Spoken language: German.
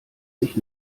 sich